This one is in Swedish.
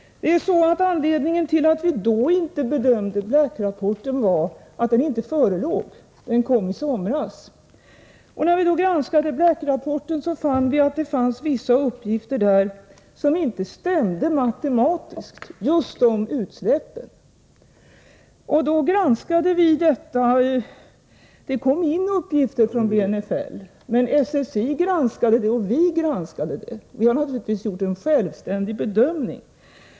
Anledningen till att vi då inte bedömde Black-rapporten var att den inte förelåg då — den kom i somras. När vi granskade Black-rapporten fann vi att det fanns vissa uppgifter där just om utsläppen som inte stämde matematiskt. Då undersökte vi detta. Det kom in uppgifter från BNFL, men SSI granskade dem, och vi granskade dem. Vi har naturligtvis gjort en självständig bedömning.